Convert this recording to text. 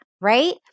right